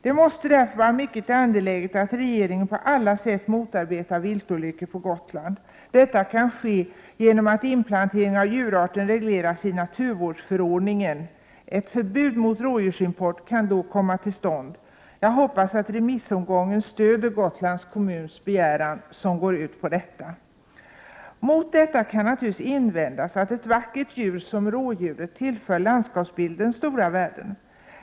Det måste därför vara mycket angeläget att regeringen på alla sätt motarbetar viltolyckor på Gotland. Detta kan ske genom att inplantering av djurarten regleras i naturvårdsförordningen. Ett förbud mot rådjursimport kan då komma till stånd. Jag hoppas att remissomgången leder till ett stöd för Gotlands kommuns begäran som går ut på detta. Mot detta kan det naturligtvis invändas att ett vackert djur som rådjuret tillför landskapsbilden stora värden.